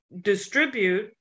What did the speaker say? distribute